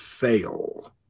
fail